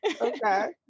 Okay